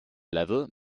level